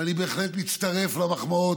ואני בהחלט מצטרף למחמאות.